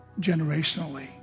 generationally